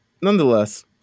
Nonetheless